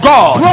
God